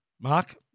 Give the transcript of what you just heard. Mark